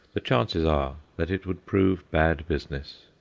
the chances are that it would prove bad business.